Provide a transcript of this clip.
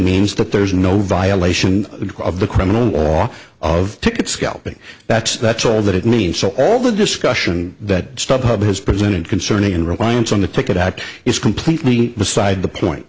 means that there is no violation of the criminal law of ticket scalping that's that's all that it means so all the discussion that stubhub has presented concerning an reliance on the ticket out is completely beside the point